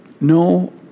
No